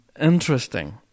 Interesting